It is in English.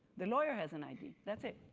the lawyer has an id, that's it.